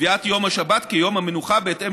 קביעת יום השבת כיום המנוחה בהתאם